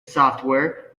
software